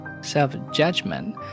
self-judgment